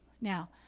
Now